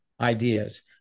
ideas